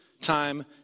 time